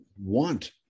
want